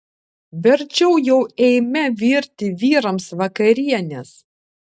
verčiau jau eime virti vyrams vakarienės